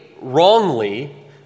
wrongly